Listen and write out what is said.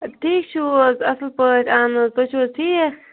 ٹھیٖک چھو حظ اصٕل پٲٹھۍ اہن حظ تُہۍ چھِو حظ ٹھیٖک